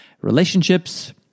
Relationships